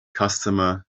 customer